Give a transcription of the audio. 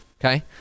Okay